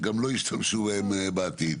גם לא ישתמשו בהם בעתיד.